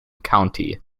county